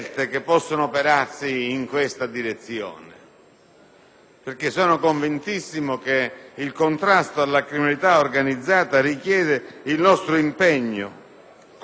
altrettanto convinto che il contrasto alla criminalità organizzata richiede il nostro impegno costante, determinato e coerente.